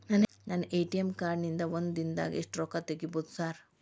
ನನ್ನ ATM card ನಿಂದಾ ಒಂದ್ ದಿಂದಾಗ ಎಷ್ಟ ರೊಕ್ಕಾ ತೆಗಿಬೋದು ಸಾರ್?